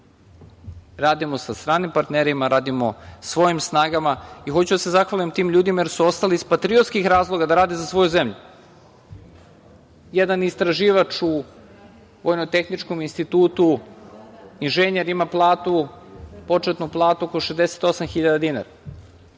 radimo sa stranim partnerima, radimo svojim snagama. Hoću da se zahvalim tim ljudima jer su ostali iz patriotskih razloga da rade za svoju zemlju. Jedan istraživač u Vojno-tehničkom institutu, inženjer, ima početnu platu oko 68.000 dinara,